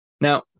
Now